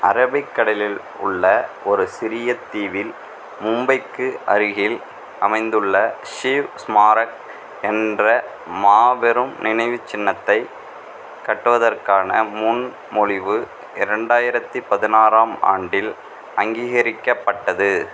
அரபிக்கடலில் உள்ள ஒரு சிறிய தீவில் மும்பைக்கு அருகில் அமைந்துள்ள ஷிவ் ஸ்மாரக் என்ற மாபெரும் நினைவுச்சின்னத்தை கட்டுவதற்கான முன்மொழிவு இரண்டாயிரத்தி பதினாறாம் ஆண்டில் அங்கீகரிக்கப்பட்டது